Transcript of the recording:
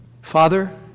Father